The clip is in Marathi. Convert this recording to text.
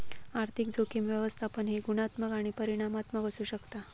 आर्थिक जोखीम व्यवस्थापन हे गुणात्मक आणि परिमाणात्मक असू शकता